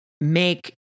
make